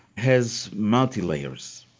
has multi-layers.